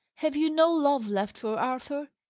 have you no love left for arthur?